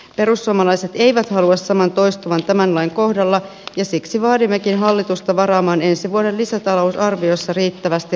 perussuomalaiset eivät halua saman toistuvan tämän lain kohdalla ja siksi vaadimmekin hallitusta varaamaan ensi vuoden lisätalousarviossa riittävästi resursseja kunnille